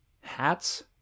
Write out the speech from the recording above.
hats